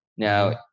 Now